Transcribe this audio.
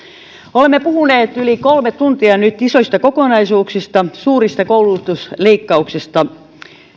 olemme puhuneet yli kolme tuntia nyt isoista kokonaisuuksista suurista koulutusleikkauksista